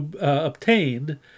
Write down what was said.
obtained